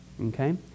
okay